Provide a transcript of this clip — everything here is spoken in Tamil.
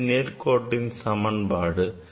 இது நேர்கோட்டின் சமன்பாடு ஆகும்